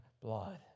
blood